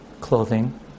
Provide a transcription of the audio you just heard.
clothing